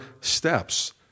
steps